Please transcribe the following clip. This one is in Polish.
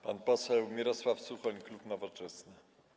Pan poseł Mirosław Suchoń, klub Nowoczesna.